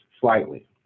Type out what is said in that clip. slightly